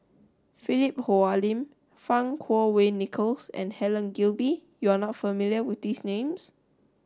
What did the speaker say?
Philip Hoalim Fang Kuo Wei Nicholas and Helen Gilbey you are not familiar with these names